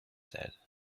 said